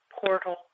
portal